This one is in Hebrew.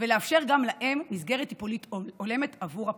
ולאפשר גם להם מסגרת טיפולית הולמת עבור הפעוט.